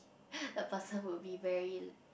the person would be very